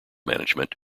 management